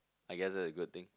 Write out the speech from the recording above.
I guess that a good thing